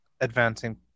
advancing